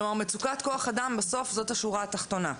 כלומר, מצוקת כוח אדם בסוף זאת השורה התחתונה.